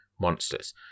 monsters